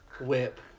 whip